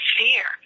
fear